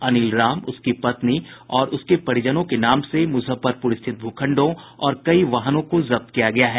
अनिल राम उसकी पत्नी और उसके परिजनों के नाम से मुजफ्फरपुर स्थित भू खंडों और कई वाहनों को जब्त किया गया है